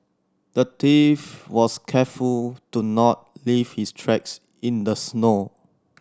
the thief was careful to not leave his tracks in the snow